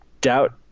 doubt